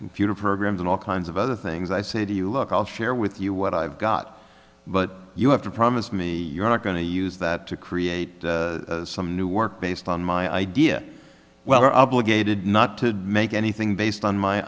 computer programs and all kinds of other things i say to you look i'll share with you what i've got but you have to promise me you're not going to use that to create some new work based on my idea well we're obligated not to make anything based on my